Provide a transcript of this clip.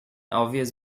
obvious